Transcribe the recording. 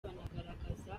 banagaragaza